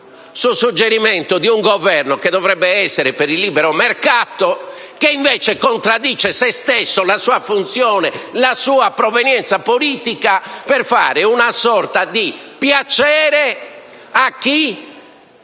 su suggerimento di un Governo che dovrebbe essere favorevole al libero mercato e che invece contraddice se stesso, la sua funzione, la sua provenienza politica semplicemente per fare una sorta di piacere ad